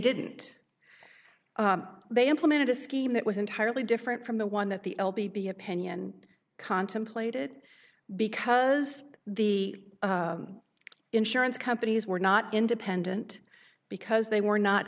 didn't they implemented a scheme that was entirely different from the one that the l b p opinion contemplated because the insurance companies were not independent because they were not